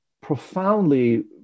profoundly